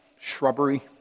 shrubbery